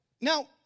Now